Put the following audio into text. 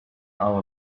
hour